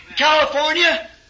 California